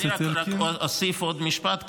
אני רק אוסיף עוד משפט.